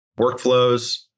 workflows